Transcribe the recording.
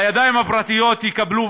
והידיים הפרטיות יקבלו,